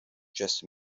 just